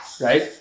right